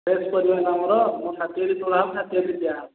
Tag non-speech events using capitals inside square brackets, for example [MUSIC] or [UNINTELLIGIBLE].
fresh ପରିବାନା ମୋର ମୋର [UNINTELLIGIBLE] ତୋଳା ହେବ [UNINTELLIGIBLE] ଦିଆ ହେବ